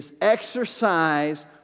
exercise